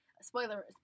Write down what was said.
spoiler